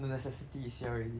the necessity is here already